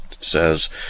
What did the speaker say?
says